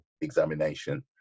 examination